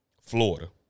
Florida